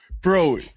bro